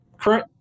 current